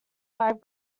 five